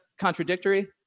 contradictory